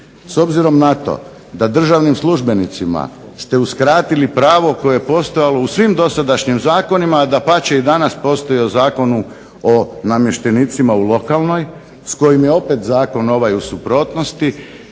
S obzirom na to da državnim službenicima ste uskratili pravo koje je postojalo u svim dosadašnjim zakonima, a dapače i danas postoji u Zakonu o namještenicima u lokalnoj s kojim je opet zakon ovaj u suprotnosti,